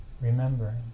remembering